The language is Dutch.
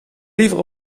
liever